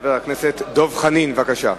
חבר הכנסת דב חנין, בבקשה.